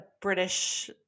British